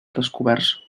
descoberts